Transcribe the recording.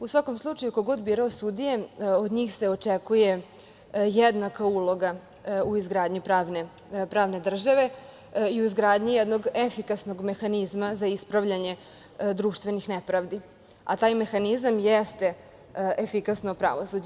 U svakom slučaju, ko god bude birao sudije, od njih se očekuje jednaka uloga u izgradnji pravne države i izgradnji jednog efikasnog mehanizma za ispravljanje društvenih nepravdi, a taj mehanizam jeste efikasno pravosuđe.